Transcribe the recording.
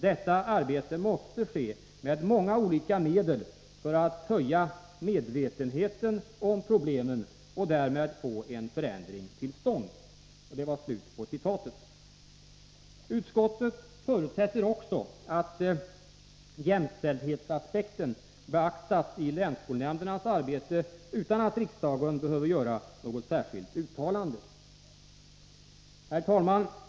Detta arbete måste ske med många olika medel för att höja medvetenheten om problemen och därmed få en förändring till stånd.” Utskottet förutsätter också att jämställdhetsaspekten beaktas i länsskolnämndernas arbete utan att riksdagen behöver göra något särskilt uttalande. Herr talman!